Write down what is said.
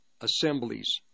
assemblies